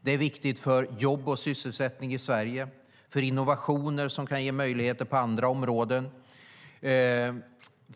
Det är viktigt för jobb och sysselsättning i Sverige och för innovationer som kan ge möjligheter på andra områden.